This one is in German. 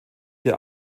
der